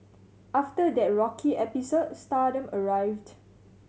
after that rocky episode stardom arrived